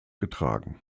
getragen